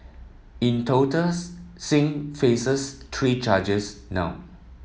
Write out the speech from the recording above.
in total Singh faces three charges now